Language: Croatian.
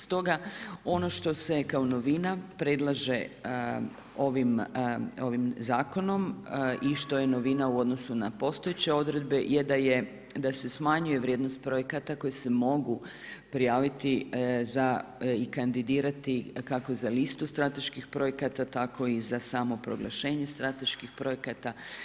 Stoga ono što se kao novina predlaže ovim zakonom i što je novina u odnosu na postojeće odredbe je da se smanjuje vrijednost projekata koji se mogu prijaviti za i kandidirati kako za listu strateških projekata tako i za samo proglašenje strateških projekata.